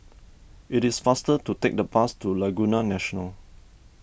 it is faster to take the bus to Laguna National